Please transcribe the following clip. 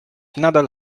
nadal